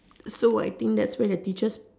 so I think that's where the teachers